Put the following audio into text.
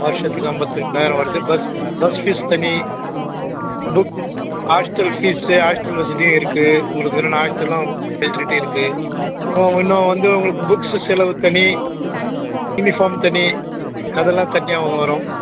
வருஷத்துக்கு ஐம்பத்து ரெண்டாயிரம் வருது பஸ் பஸ் ஃபீஸ் தனி புக் ஹாஸ்டல் ஃபீஸு ஹாஸ்டல் வசதியும் இருக்குது உங்களுக்கு வேணும்னா ஹாஸ்டலும் ஃபெசிலிட்டியும் இருக்குது இன்னும் வந்து உங்களுக்கு புக்ஸ் செலவு தனி யூனிஃபார்ம் தனி அதெல்லாம் தனியாக வரும்